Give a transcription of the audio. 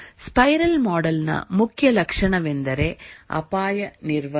spiral model ನ ಮುಖ್ಯ ಲಕ್ಷಣವೆಂದರೆ ಅಪಾಯ ನಿರ್ವಹಣೆ